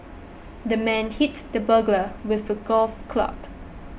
the man hit the burglar with a golf club